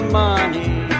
money